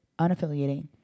unaffiliating